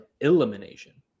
elimination